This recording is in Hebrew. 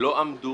שלא עמדו